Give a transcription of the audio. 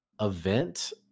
event